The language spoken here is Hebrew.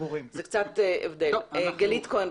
המשרד להגנת הסביבה, גלית כהן.